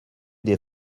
des